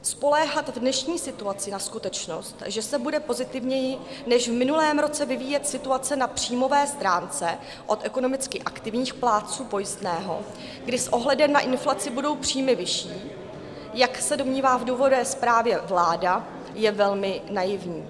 Spoléhat v dnešní situaci na skutečnost, že se bude pozitivněji než v minulém roce vyvíjet situace na příjmové stránce od ekonomicky aktivních plátců pojistného, kdy s ohledem na inflaci budou příjmy vyšší, jak se domnívá v důvodové zprávě vláda, je velmi naivní.